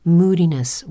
moodiness